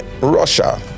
Russia